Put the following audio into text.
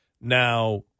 Now